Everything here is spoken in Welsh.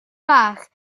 bach